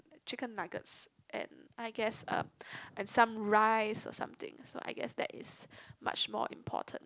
chicken nuggets and I guess and some rice or something so I guess that is much more important